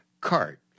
cart